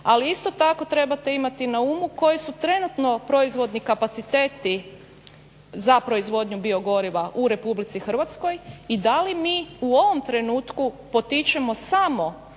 ali isto tako trebate imati na umu koji su trenutni proizvodni kapaciteti za proizvodnju biogoriva u RH i da li mi u ovom trenutku potičemo samo